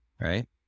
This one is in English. right